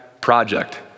project